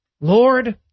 Lord